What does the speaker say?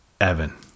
Evan